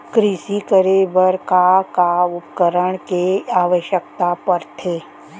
कृषि करे बर का का उपकरण के आवश्यकता परथे?